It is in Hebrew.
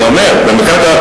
אני מציע לך.